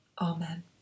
Amen